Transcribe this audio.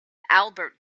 albert